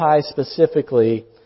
specifically